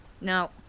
No